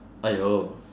!aiyo!